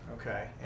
Okay